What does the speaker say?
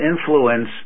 influence